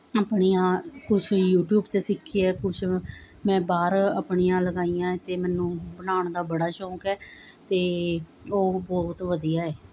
ਆਪਣੀਆਂ ਕੁਛ ਯੂਟਿਊਬ 'ਤੇ ਸਿੱਖੀਆਂ ਕੁਛ ਮੈਂ ਬਾਹਰ ਆਪਣੀਆਂ ਲਗਾਈਆਂ ਅਤੇ ਮੈਨੂੰ ਬਣਾਉਣ ਦਾ ਬੜਾ ਸ਼ੌਂਕ ਹੈ ਅਤੇ ਉਹ ਬਹੁਤ ਵਧੀਆ ਹੈ